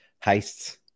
heists